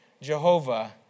Jehovah